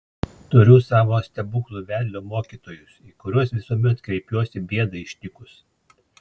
turiu savo stebuklų vedlio mokytojus į kuriuos visuomet kreipiuosi bėdai ištikus